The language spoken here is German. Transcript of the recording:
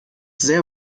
sehr